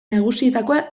nagusietakoa